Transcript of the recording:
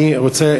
אני רוצה,